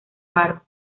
faro